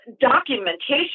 documentation